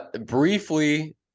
Briefly